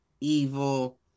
evil